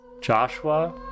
Joshua